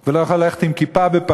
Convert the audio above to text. והוא לא יכול ללכת עם כיפה בפריז,